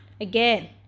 again